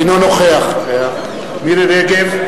אינו נוכח מירי רגב,